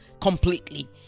completely